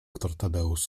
tadeusz